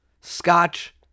scotch